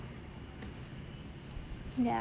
ya